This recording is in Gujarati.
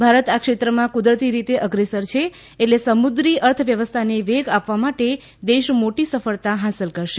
ભારત આ ક્ષેત્રમાં કુદરતી રીતે અગ્રેસર છે એટલે સમુદ્રી અર્થવ્યવસ્થાને વેગ આપવા માટે દેશ મોટી સફળતા હાંસલ કરશે